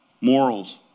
morals